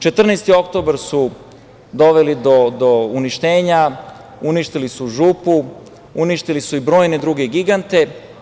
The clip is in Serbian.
Četrnaesti oktobar“ su doveli do uništenja, uništili su „Župu“, uništili su i brojne druge gigante.